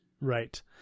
right